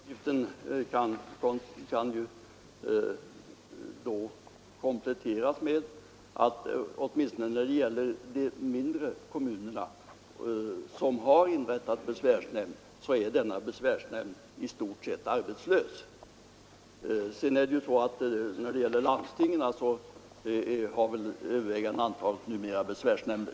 Herr talman! Den uppgiften kan då kompletteras med att besvärsnämnderna åtminstone i de mindre kommuner som har inrättat sådana i stort sett är arbetslösa. När det sedan gäller landstingen vill jag anföra att det övervägande antalet numera har besvärsnämnder.